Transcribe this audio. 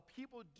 people